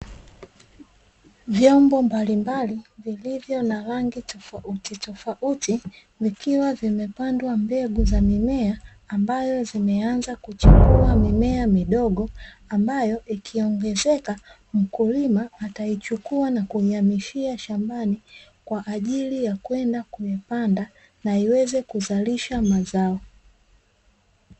Vyomba mbalimbali vilivyo na rangi tofautitofauti, vikiwa vimepandwa mbegu za mimea ambayo zimeanza kuchipua mimea midogo, ambayo ikiongezeka mkulima ataichukua na kuihamishia shambani, kwa ajili ya kwenda kuipanda na iweze kuzalisha mazao.